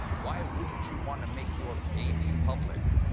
why wouldn't you want to make your baby public?